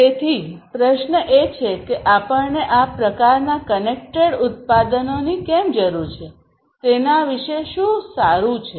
તેથી પ્રશ્ન એ છે કે આપણને આ પ્રકારના કનેક્ટેડ ઉત્પાદનોની કેમ જરૂર છે તેના વિશે શું સારું છે